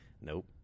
Nope